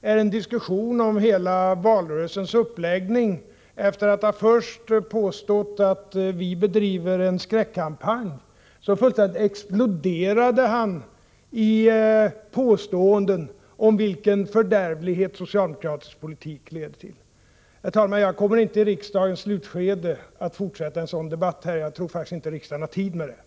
är en diskussion om hela valrörelsens uppläggning. Efter att först ha påstått att vi bedriver en skräckkampanj fullständigt exploderade han i påståenden om vilken fördärvlighet socialdemokratisk politik leder till. Herr talman! I riksmötets slutskede kommer jag inte att fortsätta en sådan debatt. Jag tror faktiskt inte att riksdagen har tid med det.